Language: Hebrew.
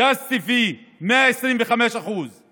גז טבעי, 125%;